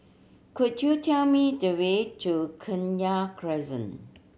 could you tell me the way to Kenya Crescent